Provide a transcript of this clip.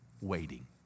waiting